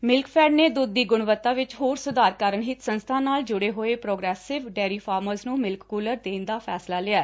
Milkfed ਨੇ ਦੁੱਧ ਦੀ ਗੁਣਵੱਤਾ ਵਿਚ ਹੋਰ ਸੁਧਾਰ ਕਰਨ ਹਿੱਤ ਸੰਸਥਾ ਨਾਲ ਜੁੜੇ ਹੋਏ ਪ੍ਰੋਗਰੈਸਿਵ ਡੇਅਰੀ ਫ਼ਾਰਮਰਜ਼ ਨੂੰ ਮਿਲਕ ਕੂਲਰ ਦੇਣ ਦਾ ਫੈਸਲਾ ਲਿਐ